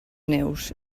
neus